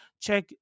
check